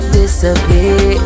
disappear